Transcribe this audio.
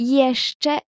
jeszcze